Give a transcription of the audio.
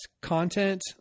content